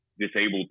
disabled